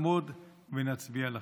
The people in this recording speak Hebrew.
אני רוצה שכולנו נעמוד ונצדיע לכם.